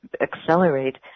accelerate